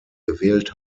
gewählt